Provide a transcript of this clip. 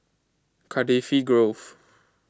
Cardifi Grove